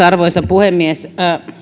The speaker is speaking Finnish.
arvoisa puhemies